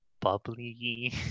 bubbly